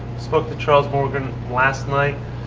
spoke to charles morgan last night.